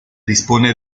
dispone